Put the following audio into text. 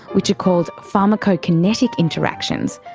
which are called pharmacokinetic interactions,